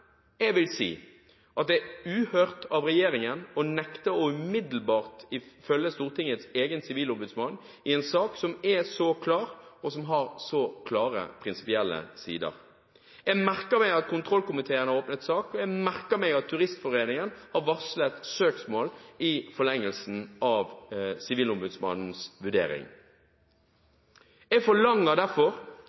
Jeg vil si at det er uhørt av regjeringen å nekte umiddelbart å følge Stortingets egen sivilombudsmann i en sak som er så klar, og som har så klare prinsipielle sider. Jeg merker meg at kontroll- og konstitusjonskomiteen har åpnet sak, og jeg har merket meg at Turistforeningen har varslet søksmål i forlengelsen av Sivilombudsmannens vurdering. Jeg forlanger derfor at klimaministeren viser den nødvendige respekt for